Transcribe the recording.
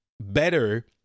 better